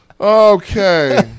okay